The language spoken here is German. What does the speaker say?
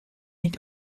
nicht